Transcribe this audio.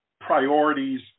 priorities